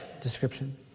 description